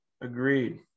Agreed